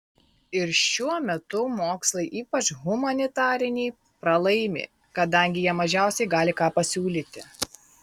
ir šiuo metu mokslai ypač humanitariniai pralaimi kadangi jie mažiausiai gali ką pasiūlyti